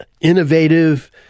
innovative